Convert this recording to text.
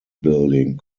building